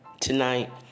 tonight